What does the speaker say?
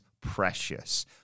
precious